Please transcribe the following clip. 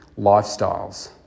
lifestyles